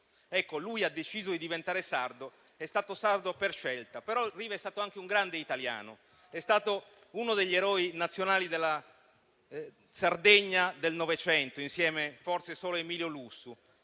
Ecco, lui ha deciso di diventare sardo, è stato sardo per scelta. Riva è stato però anche un grande italiano, è stato uno degli eroi nazionali della Sardegna del Novecento, insieme forse solo ad Emilio Lussu.